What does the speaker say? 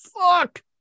Fuck